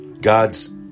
God's